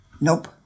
Nope